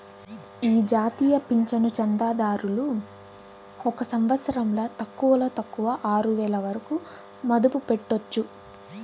ఈ జాతీయ పింఛను చందాదారులు ఒక సంవత్సరంల తక్కువలో తక్కువ ఆరువేల వరకు మదుపు పెట్టొచ్చు